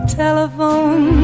telephone